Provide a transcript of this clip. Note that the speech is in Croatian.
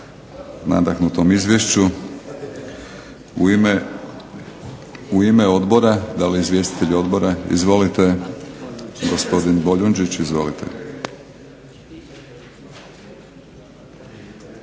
nadahnutom izvješću. U ime odbora, da li izvjestitelj odbora? Izvolite. Gospodin Boljunčić, izvolite.